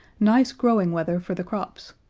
nice growing weather for the crops,